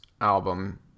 album